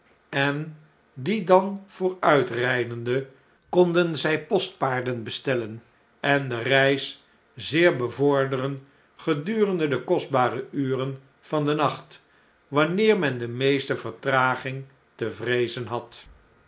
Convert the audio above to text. en die dan vooruitrjjdende konden zjj postpaarden bestellen en de reis zeer bevorderen gedurende de kostbare uren van den nacht wanneer men de meeste vertraging te vreezen had